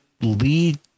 lead